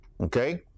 Okay